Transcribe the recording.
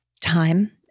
time